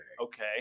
Okay